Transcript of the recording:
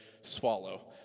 swallow